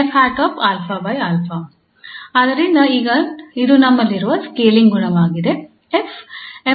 ಆದ್ದರಿಂದ ಇದು ನಮ್ಮಲ್ಲಿರುವ ಸ್ಕೇಲಿಂಗ್ ಗುಣವಾಗಿದೆ